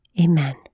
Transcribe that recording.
Amen